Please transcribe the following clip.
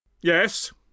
Yes